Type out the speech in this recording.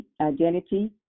identity